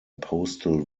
postal